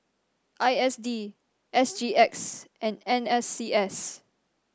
I S D S G X and N S C S